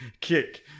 Kick